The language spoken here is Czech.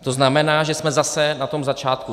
To znamená, že jsme zase na začátku.